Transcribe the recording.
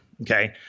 Okay